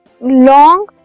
long